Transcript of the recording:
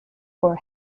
for